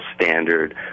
standard